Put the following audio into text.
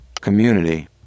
community